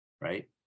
right